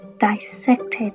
dissected